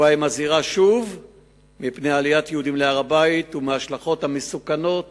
ובה היא מזהירה שוב מפני עליית יהודים להר-הבית ומההשלכות המסוכנות